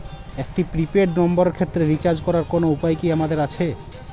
একটি prepaid নম্বরের ক্ষেত্রে রিচার্জ করার কোনো উপায় কি আমাদের আছে?